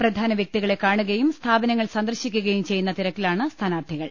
പ്രധാന വൃക്തികളെ കാണുകയും സ്ഥാപനങ്ങൾ സന്ദർശിക്കുകയും ചെയ്യുന്ന തിര ക്കിലാണ് സ്ഥാനാർത്ഥികൾ